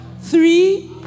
three